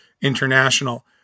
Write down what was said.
international